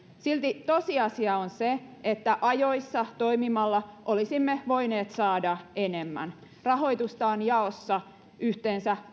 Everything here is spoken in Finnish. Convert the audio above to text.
silti tosiasia on se että ajoissa toimimalla olisimme voineet saada enemmän rahoitusta on jaossa yhteensä